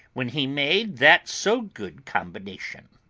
when he made that so good combination.